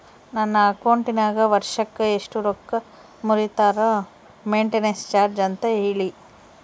ನನ್ನ ಅಕೌಂಟಿನಾಗ ವರ್ಷಕ್ಕ ಎಷ್ಟು ರೊಕ್ಕ ಮುರಿತಾರ ಮೆಂಟೇನೆನ್ಸ್ ಚಾರ್ಜ್ ಅಂತ ಹೇಳಿ?